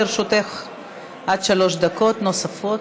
לרשותך עד שלוש דקות נוספות.